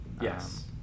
yes